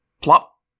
plop